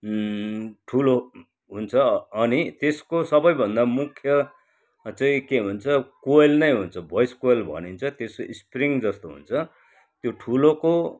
ठुलो हुन्छ अनि त्यसको सबैभन्दा मुख्य चाहिँ के भन्छ कोइल नै हुन्छ भोइस कोइल भनिन्छ त्यसको इस्प्रिङ जस्तो हुन्छ त्यो ठुलोको